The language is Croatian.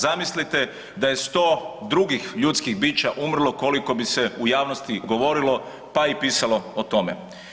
Zamislite da je 100 drugih ljudskih bića umrlo koliko bi se u javnosti govorilo pa i pisalo o tome.